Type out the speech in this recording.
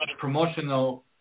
promotional